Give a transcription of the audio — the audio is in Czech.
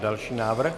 Další návrh.